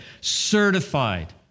certified